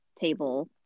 table